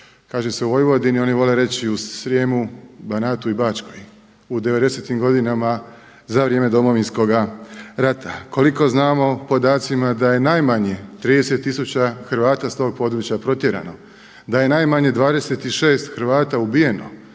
u Vojvodini, oni vole reći i u Srijemu, Banatu i Bačkoj u '90.-tim godinama za vrijeme Domovinskoga rata. Koliko znamo o podacima da je najmanje 30 tisuća Hrvata sa tog područja protjerano, da je najmanje 26 Hrvata ubijeno,